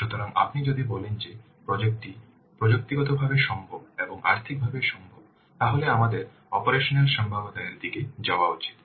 সুতরাং আপনি যদি বলেন যে প্রজেক্ট টি প্রযুক্তিগতভাবে সম্ভব এবং আর্থিকভাবে সম্ভব তাহলে আমাদের অপারেশনাল সম্ভাব্যতা এর দিকে যাওয়া উচিত